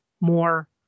more